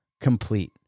complete